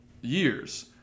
years